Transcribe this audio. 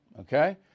okay